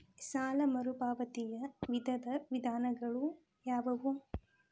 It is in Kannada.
ಸಾಲ ಮರುಪಾವತಿಯ ವಿವಿಧ ವಿಧಾನಗಳು ಯಾವುವು?